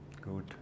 good